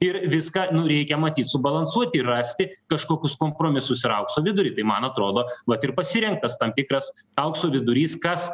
ir viską nu reikia matyt subalansuoti rasti kažkokius kompromisus ir aukso vidurį tai man atrodo vat ir pasirinktas tam tikras aukso vidurys kas